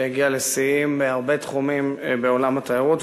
שהגיעה לשיאים בהרבה תחומים בעולם התיירות.